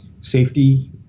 safety